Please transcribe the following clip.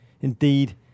Indeed